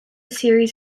series